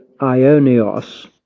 ionios